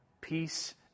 peace